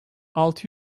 altı